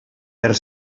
per